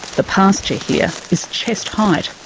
the pasture here is chest height.